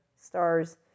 stars